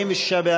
16(1) לא נתקבלה.